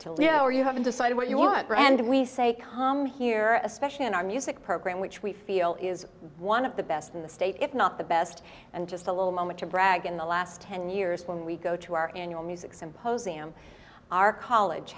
or you haven't decided what you want and we say come here especially in our music program which we feel is one of the best in the state if not the best and just a little moment to brag in the last ten years when we go to our annual music symposium our college